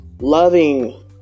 loving